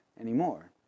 anymore